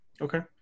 Okay